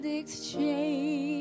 exchange